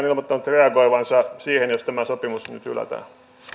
ilmoittanut reagoivansa siihen jos tämä sopimus nyt hylätään